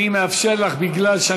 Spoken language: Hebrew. אבל אנחנו מבטיחים כאן.